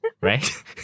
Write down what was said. Right